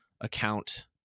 account